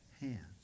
hands